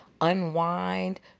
unwind